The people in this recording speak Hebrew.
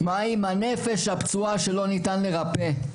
מה עם הנפש הפצועה שלא ניתן לרפא?